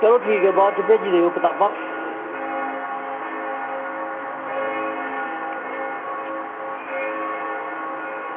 चलो ठीक ऐ बाद बिच भेजी देओ कताबां